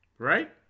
Right